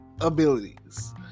abilities